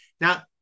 Now